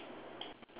there is